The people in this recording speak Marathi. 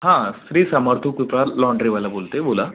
हां श्री समर्थ कृपा लाँड्रीवाला बोलतो आहे बोला